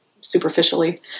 superficially